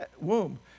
womb